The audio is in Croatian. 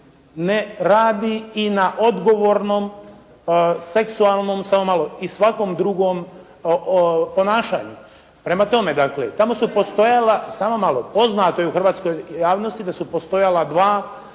ne radi i na odgovornom seksualnom i svakom drugom ponašanju. Prema tome dakle, tamo su postojala, samo malo, poznato je u hrvatskoj javnosti da su postojala dva